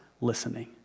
listening